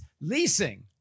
leasing